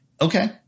Okay